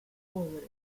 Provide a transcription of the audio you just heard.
foliage